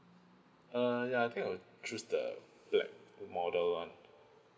uh ya I think I'll choose the black model one